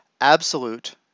absolute